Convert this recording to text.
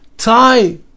tie